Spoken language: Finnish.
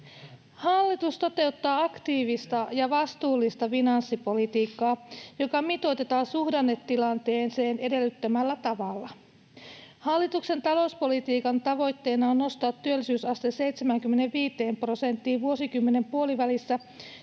Hallitus toteuttaa aktiivista ja vastuullista finanssipolitiikkaa, jota mitoitetaan suhdannetilanteen edellyttämällä tavalla. Hallituksen talouspolitiikan tavoitteena on nostaa työllisyysaste 75 prosenttiin vuosikymmenen puolivälissä ja